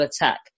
attack